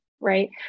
right